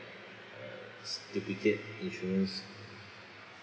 uh duplicate insurance